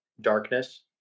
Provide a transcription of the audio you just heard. Darkness